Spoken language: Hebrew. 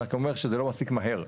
אני רק אומר שזה לא מספיק מהר.